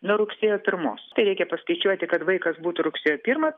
nuo rugsėjo pirmos tai reikia paskaičiuoti kad vaikas būtų rugsėjo pirmą